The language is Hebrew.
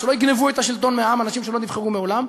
ושלא יגנבו את השלטון מהעם אנשים שלא נבחרו מעולם,